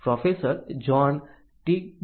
professor John T